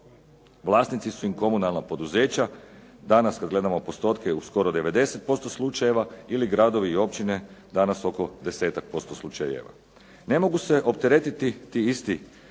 Vlasnici su im komunalna poduzeća. Danas kada gledamo postotke u skoro 90% slučajeva ili gradovi i općine danas oko 10% slučajeva. Ne mogu se opteretiti te iste